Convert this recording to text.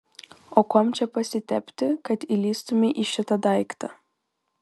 o kuom čia pasitepti kad įlįstumei į šitą daiktą